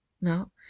no